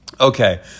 Okay